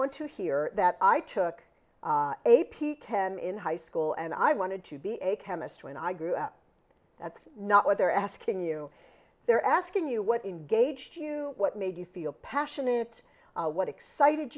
want to hear that i took a p ten in high school and i wanted to be a chemist when i grew up that's not what they're asking you they're asking you what in gauged you what made you feel passionate what excited